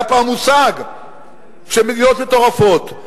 היה פעם מושג של מדינות מטורפות.